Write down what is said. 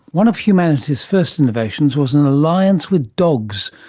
one of humanity's first innovations was an alliance with dogs,